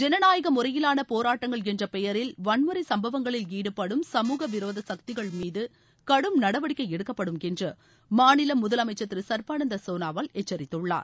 ஜனநாயக முறையிலான போராட்டங்கள் என்ற பெயரில் வன்முறை சும்பவங்களில் ஈடுபடும் சமூகவிரோத சக்திகள் மீது கடும் நடவடிக்கை எடுக்கப்படும் என்று மாநில முதலமைச்சர் திரு சர்பானந்த சோனாவால் எச்சரித்துள்ளார்